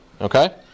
Okay